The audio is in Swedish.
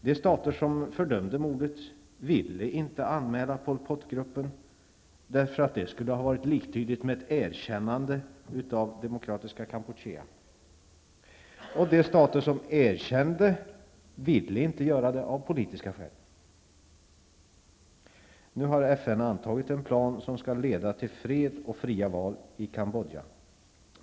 De stater som fördömde folkmordet ville inte anmäla Pol Potgruppen, eftersom det hade varit liktydigt med ett erkännande av Demokratiska Kampuchea. De stater som erkände Demokratiska Kampuchea ville inte anmäla brottet av politiska skäl. Nu har FN antagit en plan som skall leda till fred och fria val i Cambodja.